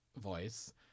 voice